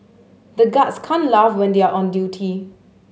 the guards can't laugh when they are on duty